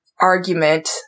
argument